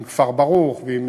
עם כפר-ברוך ועם